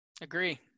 Agree